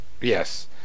Yes